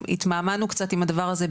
התמהמהנו קצת עם הדבר הזה,